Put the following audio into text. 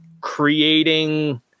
creating